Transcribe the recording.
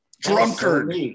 drunkard